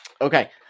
Okay